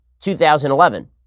2011